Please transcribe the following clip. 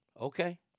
Okay